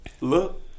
look